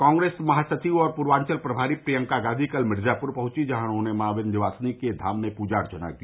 कांग्रेस महासचिव और पूर्वांचल प्रभारी प्रियंका गांधी कल मिर्जापुर पहुंची जहां उन्होंने मॉ विन्ध्यवासिनी के धाम में पूजा अर्चना की